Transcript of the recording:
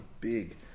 Big